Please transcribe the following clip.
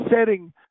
setting